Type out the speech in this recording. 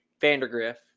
Vandergriff